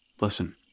Listen